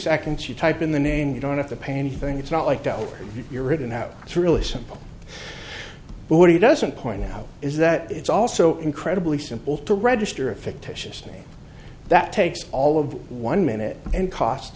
seconds to type in the name you don't have to pay anything it's not like oh you're written out it's really simple but what he doesn't point out is that it's also incredibly simple to register a fictitious name that takes all of one minute and cost